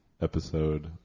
episode